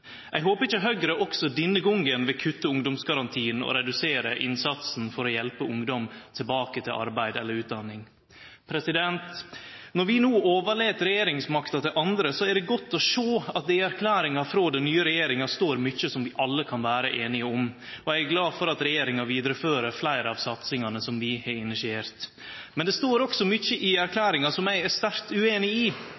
Eg håpar ikkje Høgre også denne gongen vil kutte ungdomsgarantien og redusere innsatsen for å hjelpe ungdom tilbake til arbeid eller utdanning. Når vi no overlèt regjeringsmakta til andre, er det godt å sjå at det i erklæringa frå den nye regjeringa står mykje som vi alle kan vere einige om, og eg er glad for at regjeringa fører vidare fleire av satsingane som vi har initiert. Men det står også mykje i